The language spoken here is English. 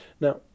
Now